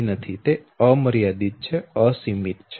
તે અસીમિત છે